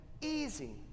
easy